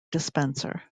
dispenser